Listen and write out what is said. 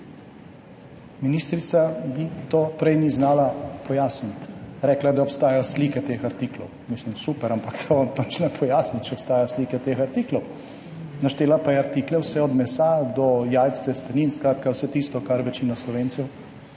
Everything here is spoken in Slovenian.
Ministrica mi tega prej ni znala pojasniti. Rekla je, da obstajajo slike teh artiklov. Mislim, super, ampak to nič ne pojasni, če obstajajo slike teh artiklov. Naštela pa je artikle vse od mesa do jajc, testenin, skratka vse tisto, kar večina Slovencev